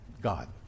God